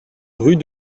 rue